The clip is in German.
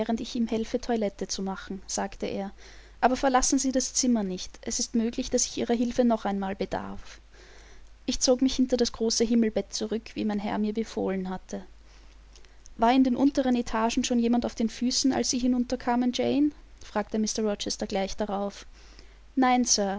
ich ihm helfe toilette zu machen sagte er aber verlassen sie das zimmer nicht es ist möglich daß ich ihrer hilfe noch einmal bedarf ich zog mich hinter das große himmelbett zurück wie mein herr mir befohlen hatte war in den unteren etagen schon jemand auf den füßen als sie hinunterkamen jane fragte mr rochester gleich darauf nein sir